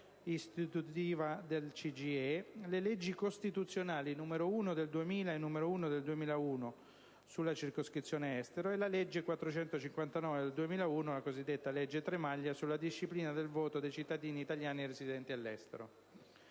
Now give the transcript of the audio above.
istitutiva del CGIE; le leggi costituzionali n. 1 del 2000 e n. 1 del 2001 sulla circoscrizione Estero e la legge n. 459 del 2001, la cosiddetta legge Tremaglia, sulla disciplina del voto dei cittadini italiani residenti all'estero.